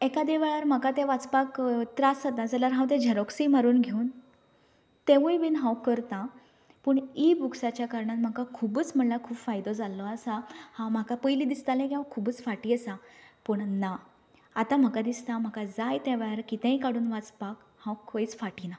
एकादे वेळार म्हाका ते वाचपाक त्रास जाता जाल्यार हांव ते झेरोक्सूय मारून घेवून तेंवूय बी हांव करतां पूण ईबुक्साच्या कारणान म्हाका खुबूच म्हणल्यार खूब फायदो जाल्लो आसा हांव म्हाका पयलीं दिसतालें की हांव खुबूच फाटीं आसा पूण ना आतां म्हाका दिसता म्हाका जाय त्या वेळार कितेंय काडून वाचपाक हांव खंयच फाटी ना